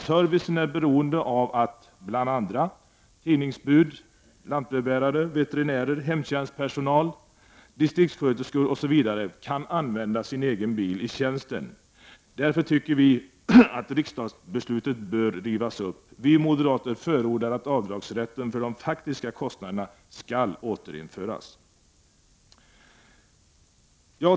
Servicen är beroende av att bl.a. tidningsbud, lantbrevbärare, veterinärer, hemtjänstpersonal och distriktssköterskor kan använda egen bil i tjänsten. Därför tycker vi att riksdagsbeslutet bör rivas upp. Vi moderater förordar att avdragsrätten för de faktiska kostnaderna skall återinföras.